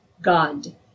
God